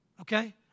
okay